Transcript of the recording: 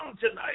tonight